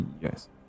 Yes